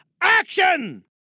action